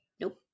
Nope